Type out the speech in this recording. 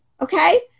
okay